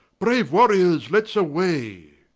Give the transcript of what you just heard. braue warriors, let's away.